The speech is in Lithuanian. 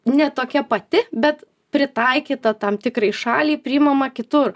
ne tokia pati bet pritaikyta tam tikrai šaliai priimama kitur